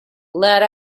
let